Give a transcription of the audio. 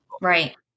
Right